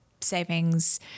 savings